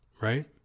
right